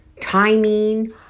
timing